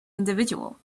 individual